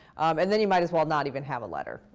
and then you might as well not even have a letter.